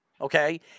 Okay